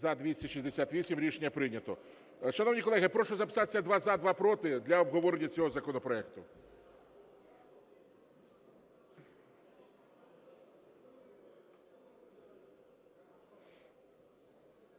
За-268 Рішення прийнято. Шановні колеги, прошу записатись: два – за, два – проти, для обговорення цього законопроекту.